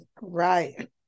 Right